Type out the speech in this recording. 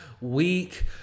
week